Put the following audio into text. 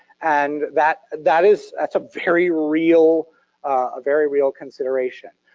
and that that is that's a very real ah very real consideration.